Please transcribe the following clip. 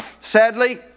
sadly